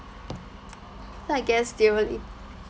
so I guess they really